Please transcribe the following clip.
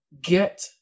get